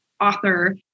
author